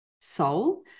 soul